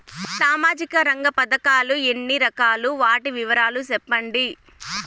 సామాజిక రంగ పథకాలు ఎన్ని రకాలు? వాటి వివరాలు సెప్పండి